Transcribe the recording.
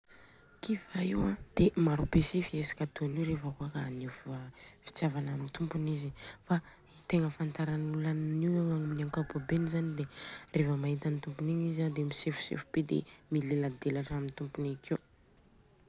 Kiva io dia maro be si fihetsika ataon'io reva aneho fitiavana amin'ny tompony izy. Fa tegna ahafantaran'olona an'io aminy ankapobeny zany dia reva mahita any tompony igny izy dia misefosefo be dia mileladelatran'ny tompony akeo.